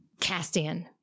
Castian